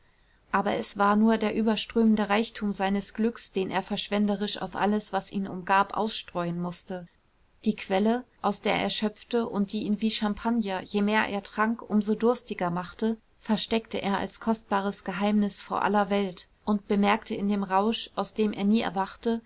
aber es war nur der überströmende reichtum seines glücks den er verschwenderisch auf alles was ihn umgab ausstreuen mußte die quelle aus der er schöpfte und die ihn wie champagner je mehr er trank um so durstiger machte versteckte er als kostbares geheimnis vor aller welt und bemerkte in dem rausch aus dem er nie erwachte